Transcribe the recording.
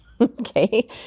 Okay